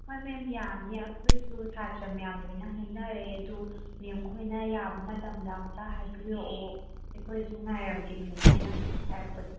ꯍꯣꯏ ꯃꯦꯝ ꯌꯥꯅꯤ ꯑꯩꯈꯣꯏꯁꯨ ꯁꯥꯇ꯭ꯔ ꯃꯌꯥꯝ ꯂꯣꯏꯅ ꯍꯥꯏꯅꯔꯦ ꯑꯗꯨ ꯃꯦꯝ ꯈꯣꯏꯅ ꯌꯥꯕ ꯃꯇꯝꯗ ꯑꯝꯇ ꯍꯥꯏꯕꯤꯔꯛꯑꯣ ꯑꯩꯈꯣꯏꯁꯨ ꯉꯥꯏꯔꯝꯒꯦ ꯃꯦꯝ ꯈꯣꯏꯅ ꯍꯥꯏꯔꯛꯄꯗꯣ